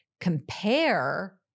compare